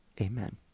Amen